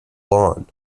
lawn